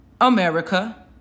America